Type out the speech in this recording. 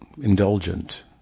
indulgent